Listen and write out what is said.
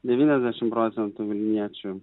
devyniasdešimt procentų vilniečių